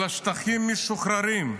אלא שטחים משוחררים.